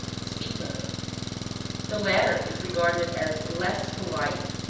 speak to her the latter is regarded as less polite,